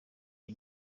iyi